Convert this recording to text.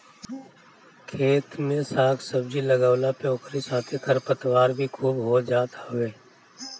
खेत में साग सब्जी लगवला पे ओकरी साथे खरपतवार भी खूब हो जात हवे